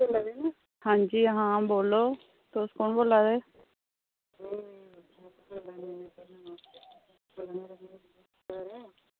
हां जी हां बोलो तुस कौन बोला दे